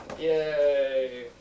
Yay